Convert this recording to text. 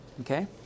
okay